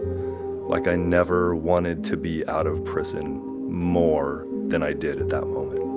like i never wanted to be out of prison more than i did at that moment